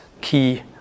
key